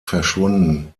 verschwunden